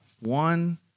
one